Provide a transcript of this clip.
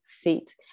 seat